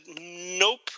nope